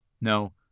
No